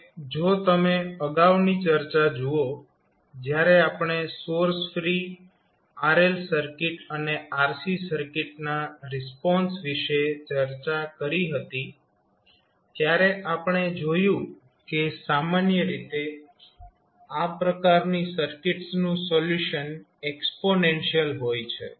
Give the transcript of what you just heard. હવે જો તમે અગાઉની ચર્ચા જુઓ જ્યારે આપણે સોર્સ ફ્રી RL સર્કિટ અને RC સર્કિટના રિસ્પોન્સ વિશે ચર્ચા કરી હતી ત્યારે આપણે જોયું કે સામાન્ય રીતે આ પ્રકારની સર્કિટ્સનું સોલ્યુશન એક્સ્પોનેન્શિયલ હોય છે